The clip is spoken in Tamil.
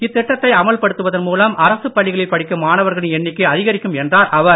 இத்திட்டத்தை அமல்படுத்துவதன் மூலம் அரசுப் பள்ளிகளில் படிக்கும் மாணவர்களின் எண்ணிக்கை அதிகரிக்கும் என்றார் அவர்